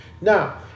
now